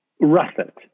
Russet